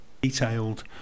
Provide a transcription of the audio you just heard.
detailed